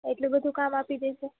એટલું બધું કામ આપી દે છે